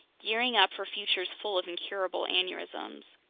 gearing up for futures full of incurable aneurysms.